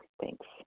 Thanks